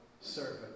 servant